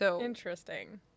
Interesting